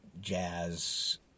jazz